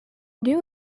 knew